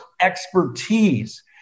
expertise